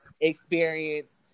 experience